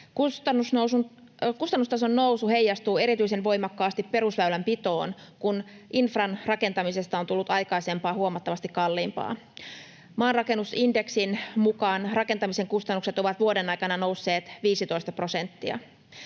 Kustannustason nousu heijastuu erityisen voimakkaasti perusväylänpitoon, kun infran rakentamisesta on tullut aikaisempaa huomattavasti kalliimpaa. Maanrakennusindeksin mukaan rakentamisen kustannukset ovat vuoden aikana nousseet 15 prosenttia.